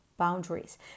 boundaries